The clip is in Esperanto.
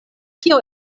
kio